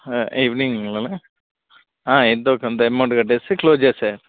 ఈవెనింగ్లోనే ఎంతోకొంత ఎమౌంట్ కట్టేస్తే క్లోస్ చేసేయి